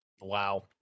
wow